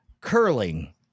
Curling